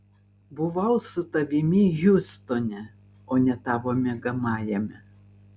buvau su tavimi hjustone o ne tavo miegamajame